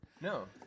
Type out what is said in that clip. No